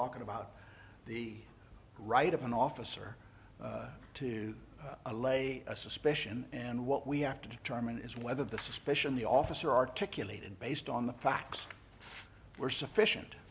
talking about the right of an officer to allay a suspicion and what we have to determine is whether the suspicion the officer articulated based on the facts were sufficient